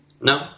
No